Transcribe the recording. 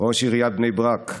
ראש עיריית בני ברק.